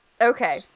Okay